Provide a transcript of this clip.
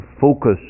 focus